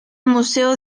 museo